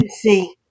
see